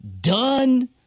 done